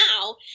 now